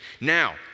Now